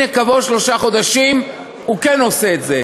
והנה, כעבור שלושה חודשים הוא כן עושה את זה.